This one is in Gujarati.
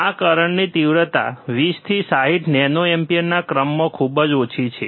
આ કરંટની તીવ્રતા 20 થી 60 નેનો એમ્પીયરના ક્રમમાં ખૂબ ઓછી છે